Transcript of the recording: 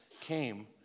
came